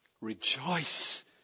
rejoice